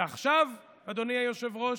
ועכשיו, אדוני היושב-ראש,